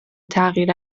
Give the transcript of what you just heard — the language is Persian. تغییر